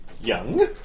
Young